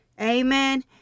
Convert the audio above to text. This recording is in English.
Amen